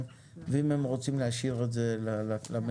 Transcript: ואם הם רוצים להשאיר את זה למליאה.